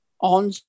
on